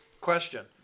question